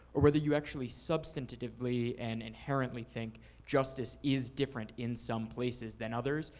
or whether you actually substantively and inherently think justice is different in some places than others,